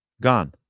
gone